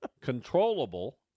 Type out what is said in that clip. controllable